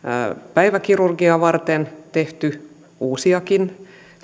päiväkirurgiaa varten tehty uusiakin